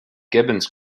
gibbons